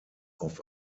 auf